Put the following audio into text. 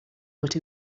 but